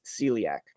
celiac